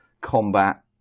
combat